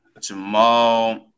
Jamal